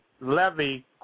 levy